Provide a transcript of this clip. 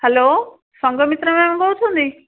hello Sanghamitra ma'am କହୁଛନ୍ତି